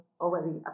already